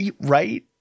right